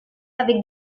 avec